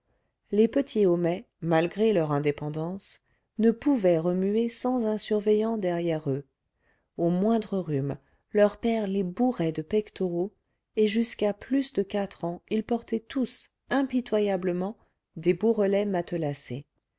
les petits homais malgré leur indépendance ne pouvaient remuer sans un surveillant derrière eux au moindre rhume leur père les bourrait de pectoraux et jusqu'à plus de quatre ans ils portaient tous impitoyablement des bourrelets matelassés